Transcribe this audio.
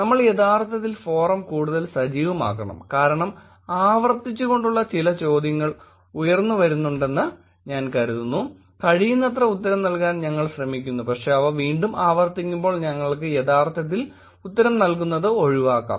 നമ്മൾ യഥാർത്ഥത്തിൽ ഫോറം കൂടുതൽ സജീവമാക്കണം കാരണം ആവർത്തിച്ചുള്ള ചില ചോദ്യങ്ങൾ ഉയർന്നുവരുന്നുണ്ടെന്ന് ഞാൻ കരുതുന്നു കഴിയുന്നത്ര ഉത്തരം നൽകാൻ ഞങ്ങൾ ശ്രമിക്കുന്നു പക്ഷേ അവ വീണ്ടും ആവർത്തിക്കുമ്പോൾ ഞങ്ങൾക്ക് യഥാർത്ഥത്തിൽ ഉത്തരം നൽകുന്നത് ഒഴിവാക്കാം